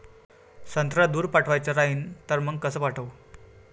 संत्रा दूर पाठवायचा राहिन तर मंग कस पाठवू?